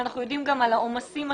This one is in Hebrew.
ואנחנו יודעים גם על העומסים השונים.